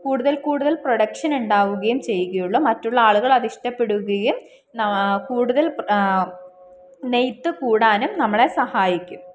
കൂടുതൽക്കൂടുതൽ production ഉണ്ടാവുകയും ചെയ്യുകയുള്ളൂ മറ്റുള്ള ആളുകൾ അതിഷ്ടപ്പെടുകയും കൂടുതൽ നെയ്ത്ത് കൂടാനും നമ്മളെ സഹായിക്കും